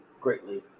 greatly